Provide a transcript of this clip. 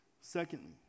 Secondly